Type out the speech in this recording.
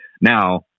Now